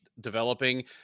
developing